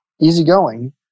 easygoing